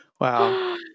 Wow